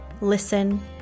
listen